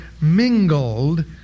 mingled